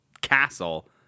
castle